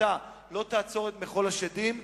אם לא תעצור את מחול השדים,